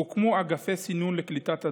הוקמו אגפי סינון לקליטת עצורים,